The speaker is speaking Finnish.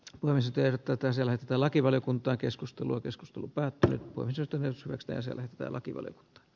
voisi tehdä tätä sillä että lakivaliokunta keskustelua keskustelu päättely on syytä myös vesteriselle telakiven